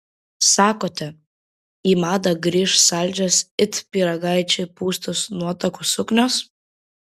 sakote į madą grįš saldžios it pyragaičiai pūstos nuotakų suknios